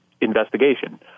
investigation